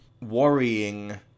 worrying